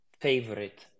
favorite